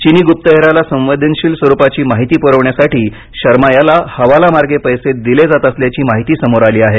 चिनी गुप्तहेराला संवेदनशील स्वरुपाची माहिती पुरवण्यासाठी शर्मा याला हवाला मार्गे पैसे दिले जात असल्याची माहिती समोर आली आहे